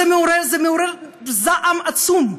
זה מעורר זעם עצום.